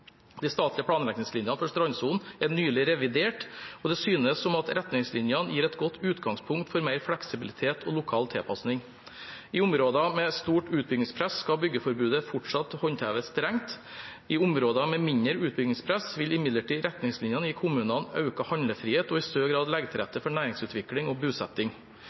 De statlige planretningslinjene for strandsonen er nylig revidert, og det synes som at retningslinjene gir et godt utgangspunkt for mer fleksibilitet og lokal tilpasning. I områder med stort utbyggingspress skal byggeforbudet fortsatt håndheves strengt. I områder med mindre utbyggingspress vil imidlertid retningslinjene gi kommunene økt handlefrihet og i større grad legge til rette for næringsutvikling og bosetting.